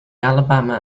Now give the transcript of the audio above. alabama